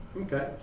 okay